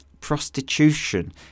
prostitution